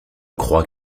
crois